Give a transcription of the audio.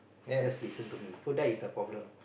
just listen to me so that it's a problem